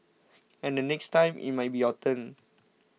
and the next time it might be your turn